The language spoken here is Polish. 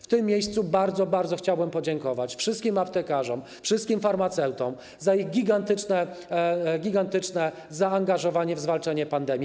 W tym miejscu bardzo, bardzo chciałbym podziękować wszystkim aptekarzom, wszystkim farmaceutom za ich gigantyczne zaangażowanie w zwalczanie pandemii.